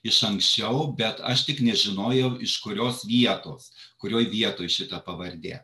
iš anksčiau bet aš tik nežinojau iš kurios vietos kurioj vietoj šita pavardė